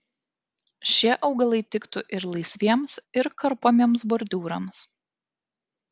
šie augalai tiktų ir laisviems ir karpomiems bordiūrams